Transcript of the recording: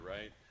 right